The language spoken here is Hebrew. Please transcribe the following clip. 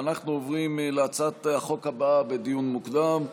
אנחנו עוברים להצעת החוק הבאה לדיון מוקדם,